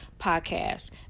podcast